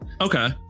Okay